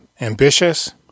ambitious